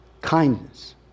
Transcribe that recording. kindness